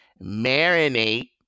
marinate